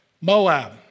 Moab